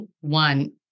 one